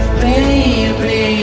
baby